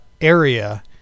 area